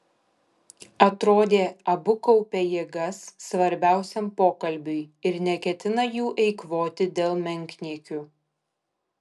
atrodė abu kaupia jėgas svarbiausiam pokalbiui ir neketina jų eikvoti dėl menkniekių